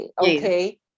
Okay